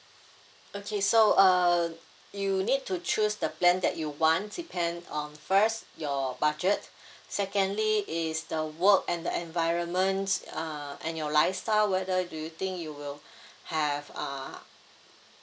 okay so uh you need to choose the plan that you want depend on first your budget secondly is the work and the environment uh and your lifestyle whether do you think you will have err